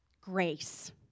grace